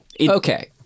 Okay